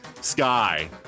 Sky